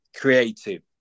creative